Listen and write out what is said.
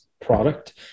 product